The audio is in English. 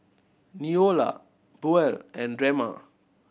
Neola Buel and Drema